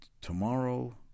Tomorrow